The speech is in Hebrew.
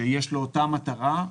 שיש לו אותה מטרה,